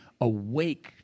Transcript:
awake